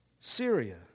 Syria